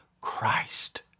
Christ